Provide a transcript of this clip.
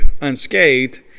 unscathed